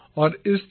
और इसी तरह